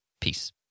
Peace